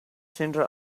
center